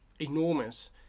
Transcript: enormous